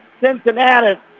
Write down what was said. Cincinnati